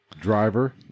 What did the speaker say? Driver